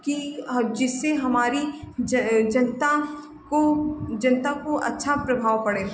कि जिससे हमारी जनता को जनता पर अच्छा प्रभाव पड़े